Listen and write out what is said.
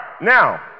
Now